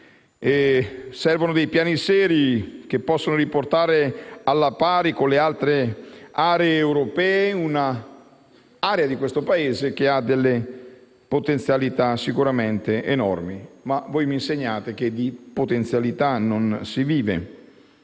Servono piani seri che possano riportare alla pari con altre aree europee un'area di questo Paese che ha sicuramente potenzialità enormi. Voi mi insegnate però che di potenzialità non si vive.